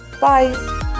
Bye